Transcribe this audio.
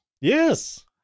Yes